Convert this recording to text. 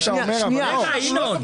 רק שאלה קטנה.